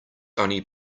only